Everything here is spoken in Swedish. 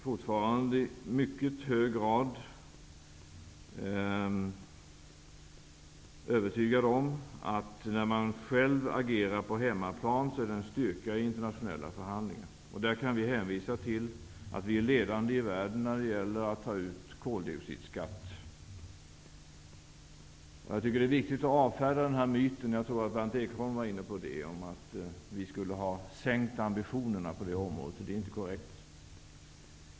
Fortfarande är jag i mycket hög grad övertygad om att det är en styrka i internationella förhandlingar att man själv agerar på hemmaplan. Vi kan hänvisa till att vi är ledande i världen när det gäller att ta ut koldioxidskatt. Jag tycker att det är viktigt att avfärda myten -- jag tror att Berndt Ekholm var inne på det -- om att vi skulle ha sänkt ambitionerna på det området. Det är inte korrekt.